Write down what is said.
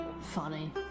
funny